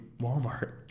Walmart